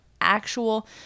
actual